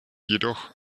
jedoch